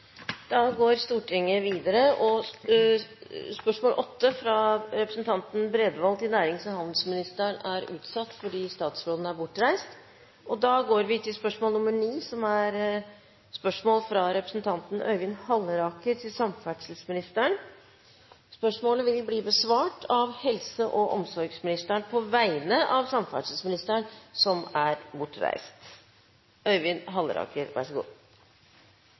fra representanten Øyvind Halleraker til samferdselsministeren, vil bli besvart av helse- og omsorgsministeren på vegne av samferdselsministeren, som er bortreist.